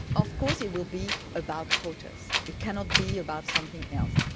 of course it will be about quotas, it cannot be about something else.